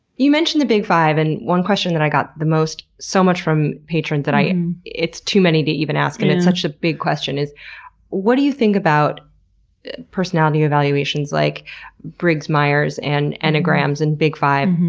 you mentioned the big five and, one question that i got the most, so much from patrons that i. it's too many to even ask and it's such a big question is what do you think about personality evaluations like myers-briggs, and enneagrams, and big five.